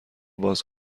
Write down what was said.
باز